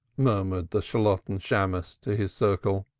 murmured the shalotten shammos to his circle.